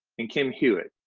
and kim hewitt,